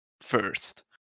first